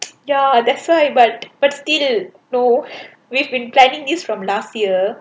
ya that's why but but still you know we've been planning is from last year